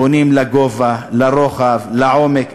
בונים לגובה, לרוחב, לעומק.